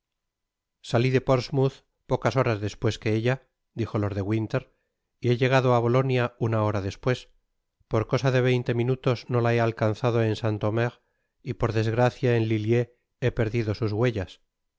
salí de portsmouth pocas horas despues que ella dijo lord de winter y he llegado á bolouia una hora despues por cosa de veinte minutos no la he alcanzado en saint omer y por desgracia en lilliers he perdido sus huellas